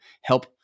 help